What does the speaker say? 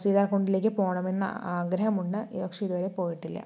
സീതാർ കുണ്ടിലേക്ക് പോവണമെന്ന് ആഗ്രഹമുണ്ട് പക്ഷെ ഇതുവരെ പോയിട്ടില്ല